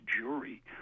jury